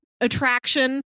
attraction